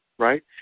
right